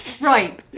Right